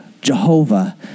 Jehovah